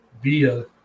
via